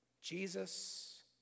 Jesus